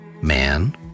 man